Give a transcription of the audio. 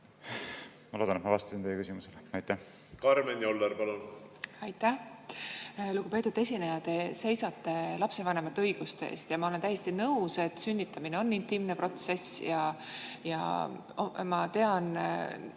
Ma loodan, et ma vastasin teie küsimusele. Karmen Joller, palun! Aitäh! Lugupeetud esineja! Te seisate lapsevanemate õiguste eest ja ma olen täiesti nõus, et sünnitamine on intiimne protsess. Arstina ma tean,